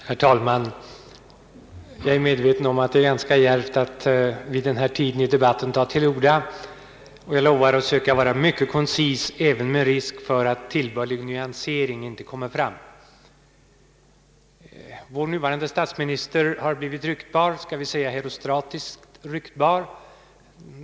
Herr talman! Jag är medveten om att det är ganska djärvt att ta till orda vid denna tid i debatten, men jag lovar att försöka vara mycket koncis även med risk för att tillbörlig nyansering inte kan komma fram. Vår nuvarande statsminister har blivit ryktbar — skall vi säga herostratiskt ryktbar?